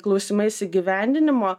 klausimais įgyvendinimo